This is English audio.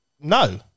no